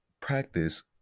practice